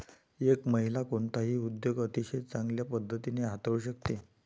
एक महिला कोणताही उद्योग अतिशय चांगल्या पद्धतीने हाताळू शकते